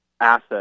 asset